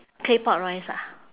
claypot rice ah